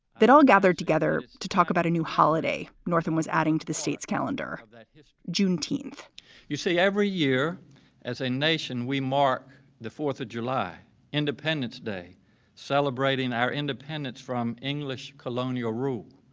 that all gathered together to talk about a new holiday. northan was adding to the state's calendar that his juneteenth you see every year as a nation we mark the fourth of july independence day celebrating our independence from english colonial rule.